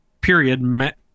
period